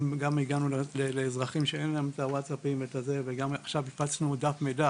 הגענו גם לאזרחים שאין להם ווטסאפ ועכשיו פצנו דף מידע